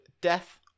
Death